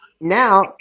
now